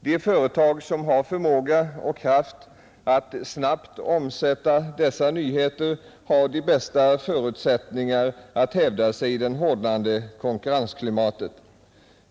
De företag som har förmåga och kraft att snabbt omsätta dessa nyheter har de bästa förutsättningar att hävda sig i det hårdnande konkurrensklimatet.